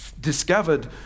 discovered